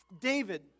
David